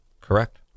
Correct